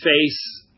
face